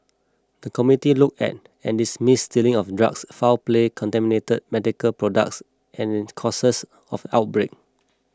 the committee looked at and dismissed stealing of drugs foul play contaminated medical products and causes of outbreak